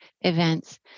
events